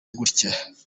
gutya